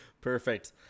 Perfect